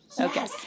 Okay